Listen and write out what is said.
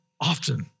often